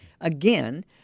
Again